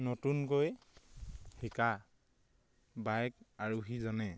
নতুনকৈ শিকা বাইক আৰোহীজনে